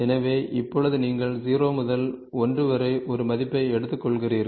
எனவே இப்போது நீங்கள் 0 முதல் 1 வரை ஒரு மதிப்பை எடுத்துக்கொள்கிறீர்கள்